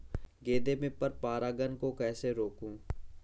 गेंदा में पर परागन को कैसे रोकुं?